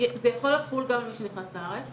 זה יכול לחול גם על מי שנכנס לארץ,